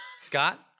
Scott